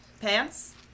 pants